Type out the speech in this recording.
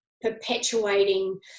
perpetuating